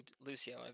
Lucio